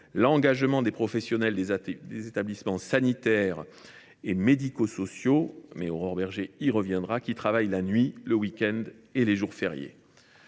l’engagement des professionnels des établissements sanitaires et médico sociaux – Aurore Bergé y reviendra –, qui travaillent la nuit, le week end et les jours fériés.